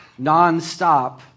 nonstop